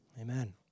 Amen